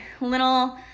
little